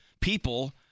people –